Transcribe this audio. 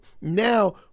Now